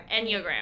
enneagram